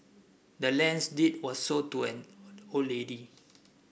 the land's deed was sold to an old lady